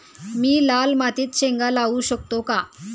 मी लाल मातीत शेंगा लावू शकतो का?